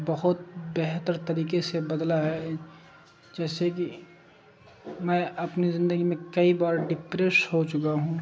بہت بہتر طریقے سے بدلا ہے جیسے کہ میں اپنی زندگی میں کئی بار ڈپریش ہو چکا ہوں